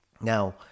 Now